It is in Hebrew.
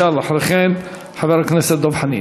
ישאל אחרי כן חבר הכנסת דב חנין.